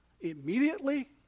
Immediately